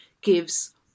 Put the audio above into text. gives